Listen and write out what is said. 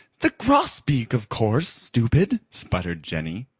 the grosbeak, of course, stupid, sputtered jenny.